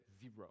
zero